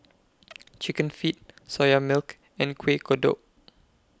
Chicken Feet Soya Milk and Kueh Kodok